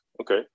Okay